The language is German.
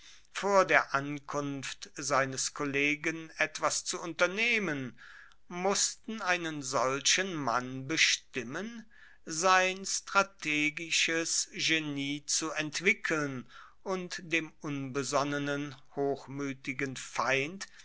vor der ankunft seines kollegen etwas zu unternehmen mussten einen solchen mann bestimmen sein strategisches genie zu entwickeln und dem unbesonnenen hochmuetigen feind